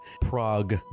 Prague